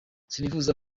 sinifuza